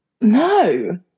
no